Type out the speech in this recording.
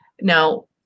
Now